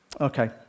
okay